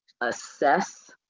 assess